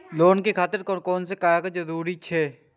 Loan के खातिर कोन कोन कागज के जरूरी छै?